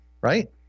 right